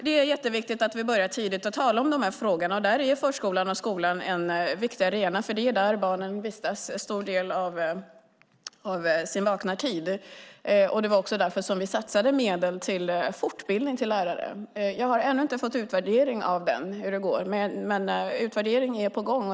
Det är jätteviktigt att vi börjar tala om de här frågorna tidigt. Där är förskolan och skolan en viktig arena. Det är ju där barnen vistas en stor del av sin vakna tid. Det var också därför som vi satsade medel till fortbildning av lärare. Jag har ännu inte fått utvärderingen av detta, men den är på gång.